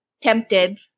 tempted